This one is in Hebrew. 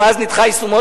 ומאז נדחה יישומו